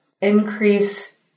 increase